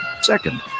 Second